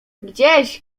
gdzieś